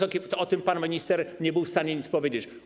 O tym pan minister nie był w stanie nic powiedzieć.